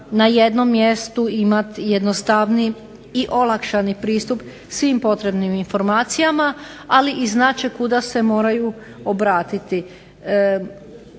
na jednom mjestu imati jednostavniji i olakšani pristup svim potrebnim informacijama, ali znat će kuda se moraju i obratiti.